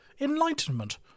enlightenment